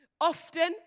Often